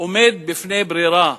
עומד בפני ברירה,